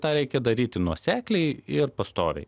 tą reikia daryti nuosekliai ir pastoviai